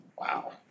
Wow